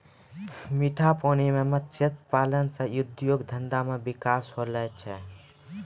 मीठा पानी मे मत्स्य पालन से उद्योग धंधा मे बिकास होलो छै